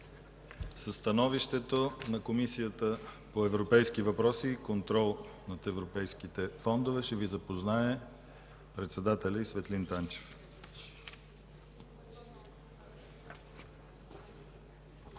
Със становището на Комисията по европейските въпроси и контрол на европейските фондове ще ни запознае председателят й Светлин Танчев. ДОКЛАДЧИК